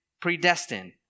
predestined